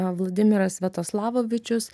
vladimiras sviatoslavovičius